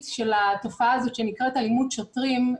של התופעה הזאת שנקראת "אלימות שוטרים",